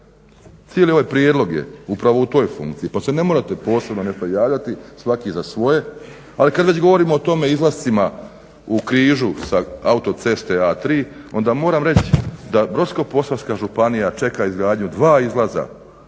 Cijeli ovaj prijedlog je upravo u toj funkciji pa se ne morate posebno nešto javljati svaki za svoje. Ali kad već govorimo o tome izlascima u Križu sa autoceste A3 onda moram reći da Brodsko-posavska županija čeka izgradnju dva izlaza